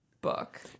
book